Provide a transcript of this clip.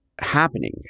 happening